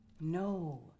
No